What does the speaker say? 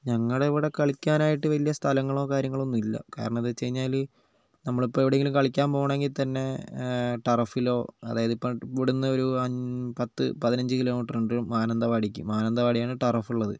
ഞങ്ങളുടെ ഇവിടെ കളിക്കാനായിട്ട് വലിയ സ്ഥലങ്ങളോ കാര്യങ്ങളൊന്നും ഇല്ല കാരണം എന്തെന്നു വച്ചു കഴിഞ്ഞാൽ നമ്മളിപ്പം എവിടെയെങ്കിലും കളിക്കാൻ പോകണമെങ്കിൽ തന്നെ ടർഫിലോ അതായതിപ്പം ഇവിടുന്നൊരു പത്ത് പതിനഞ്ച് കിലോമീറ്റർ ഉണ്ട് മാനന്തവാടിയ്ക്ക് മാനന്തവാടിയാണ് ടർഫ് ഉള്ളത്